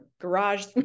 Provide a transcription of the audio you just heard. garage